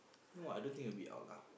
no I don't think it will be out lah